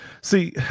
see